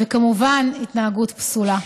וכמובן התנהגות פסולה.